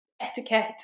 etiquette